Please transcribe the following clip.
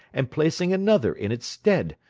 and placing another in its stead,